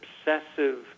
obsessive